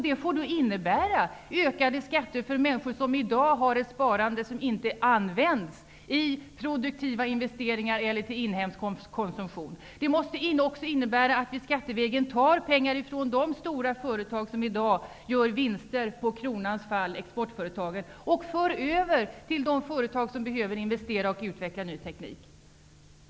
Det får innebära ökade skatter för människor som i dag har ett sparande som inte används i produktiva investeringar eller till inhemsk konsumtion. Det måste också innebära att vi skattevägen tar pengar från de stora exportföretag som i dag gör vinster på kronans fall och för över till de företag som behöver investera och utveckla ny teknik.